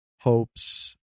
hopes